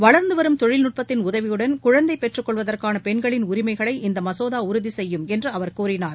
வளர்ந்து வரும் தொழில்நுட்பத்தின் உதவியுடன் குழந்தை பெற்றுக் கொள்வதற்கான பெண்களின் உரிமைகளை இம்மசோதா உறுதி செய்யும் என்று அவர் கூறினார்